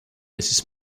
mrs